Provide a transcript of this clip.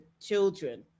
children